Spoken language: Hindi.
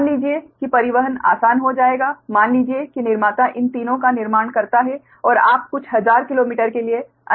मान लीजिए कि परिवहन आसान हो जाएगा मान लीजिए कि निर्माता इन तीनों का निर्माण करता है और आप कुछ हजार किलोमीटर के किसी अन्य स्थान पर ले जा रहे हैं